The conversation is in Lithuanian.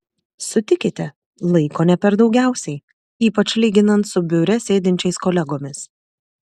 sutikite laiko ne per daugiausiai ypač lyginant su biure sėdinčiais kolegomis